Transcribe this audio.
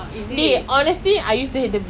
err not I don't like going beach